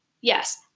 yes